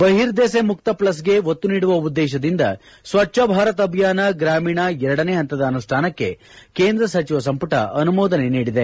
ಬಹಿರ್ದೆಸೆ ಮುಕ್ತ ಫ್ಲಸ್ಗೆ ಒತ್ತು ನೀಡುವ ಉದ್ದೇಶದಿಂದ ಸ್ವಚ್ವ ಭಾರತ್ ಅಭಿಯಾನ ಗ್ರಾಮೀಣ ಎರಡನೇ ಹಂತದ ಅನುಷ್ಣಾನಕ್ಕೆ ಕೇಂದ್ರ ಸಚಿವ ಸಂಮಟ ಅನುಮೋದನೆ ನೀಡಿದೆ